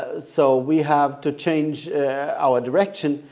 ah so we have to change our direction,